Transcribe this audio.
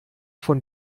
von